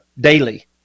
daily